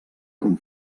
com